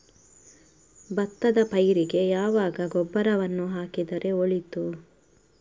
ಭತ್ತದ ಪೈರಿಗೆ ಯಾವಾಗ ಗೊಬ್ಬರವನ್ನು ಹಾಕಿದರೆ ಒಳಿತು?